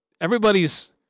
everybody's